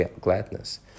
gladness